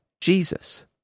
Jesus